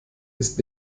ist